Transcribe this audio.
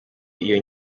iyo